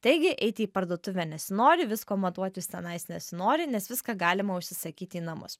taigi eiti į parduotuvę nesinori visko matuotis tenais nesinori nes viską galima užsisakyti į namus